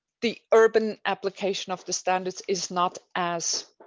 the urban application of the standards is not as